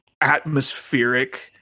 atmospheric